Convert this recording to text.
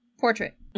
portrait